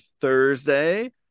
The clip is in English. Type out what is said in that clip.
Thursday